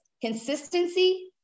consistency